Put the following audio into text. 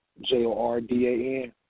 J-O-R-D-A-N